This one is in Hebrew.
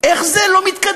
איך זה שהמשא-ומתן